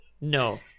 No